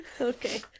Okay